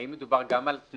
האם מדובר גם על,